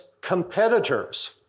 competitors